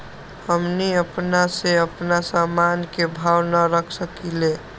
हमनी अपना से अपना सामन के भाव न रख सकींले?